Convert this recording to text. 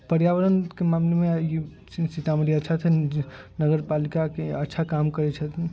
पर्यावरणके मामलेमे सीतामढ़ी अच्छा छै नगर पालिकाके अच्छा काम करै छथि